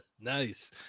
nice